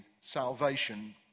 salvation